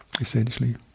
essentially